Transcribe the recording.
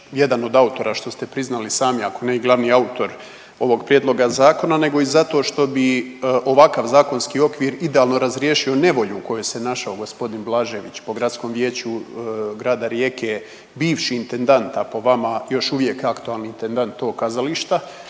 jedan od autora što ste priznali i sami, ako ne i glavni autor ovog prijedloga zakona, nego i zato što bi ovakav zakonski okvir idealno razriješio nevolju u kojoj se našao g. Blažević po Gradskom vijeću grada Rijeka bivši intendant, a po vama još uvijek aktualni intendant tog kazališta.